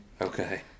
Okay